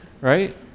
right